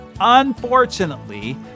Unfortunately